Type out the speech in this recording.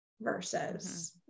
versus